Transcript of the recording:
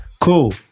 Cool